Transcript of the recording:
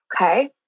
Okay